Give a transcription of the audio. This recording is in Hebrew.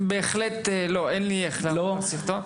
לא, אין לי איך להראות את הסרטון.